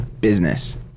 business